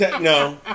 No